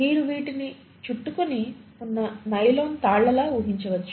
మీరు వీటిని చుట్టుకుని ఉన్న నైలాన్ తాళ్లలా ఊహించవచ్చు